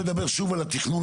ואז אתם תפרסמו את התוכנית.